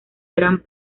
gran